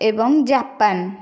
ଏବଂ ଜାପାନ